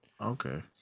Okay